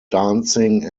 dancing